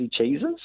cheeses